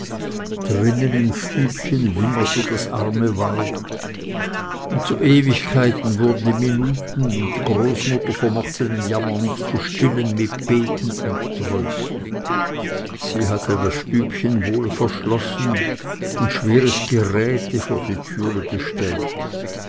drinnen im stübchen wimmerte das arme weib und zu ewigkeiten wurden die minuten und die großmutter vermochte den jammer nicht zu stillen mit beten und trösten sie hatte das stübchen wohl verschlossen und schweres geräte vor die türe gestellt